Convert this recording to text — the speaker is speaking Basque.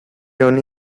honi